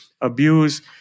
abuse